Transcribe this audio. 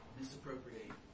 misappropriate